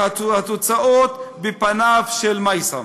והתוצאות, בפניו של מייסם.